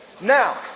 Now